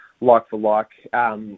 like-for-like